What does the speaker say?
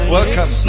welcome